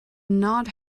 not